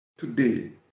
today